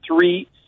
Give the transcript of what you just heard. three